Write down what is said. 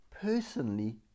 personally